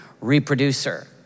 reproducer